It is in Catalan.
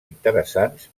interessants